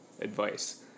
advice